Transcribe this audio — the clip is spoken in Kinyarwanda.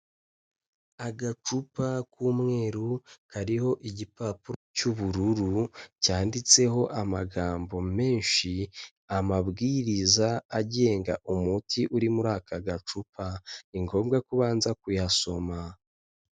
Agacupa k'umweru ,kariho igipapuro cy'ubururu, cyanditseho amagambo menshi ,amabwiriza agenga umuti uri muri aka gacupa, ni ngombwa ko ubanza kuyasoma.